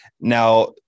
now